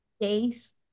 days